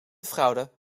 fraude